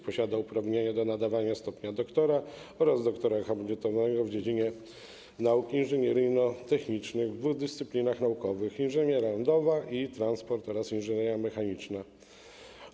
Posiada uprawnienia do nadawania stopnia doktora oraz doktora habilitowanego w dziedzinie nauk inżynieryjno-technicznych w dwóch dyscyplinach naukowych: inżynieria lądowa i transport oraz inżynieria mechaniczna.